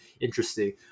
interesting